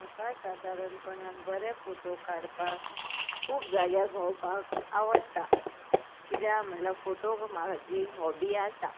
म्हाका सादारणपणान बरे फोटो काडपाक खूब जाग्यार भोंवपाक आवडटा किद्या म्हळ्यार फोटो म्हजी हॉबी आसा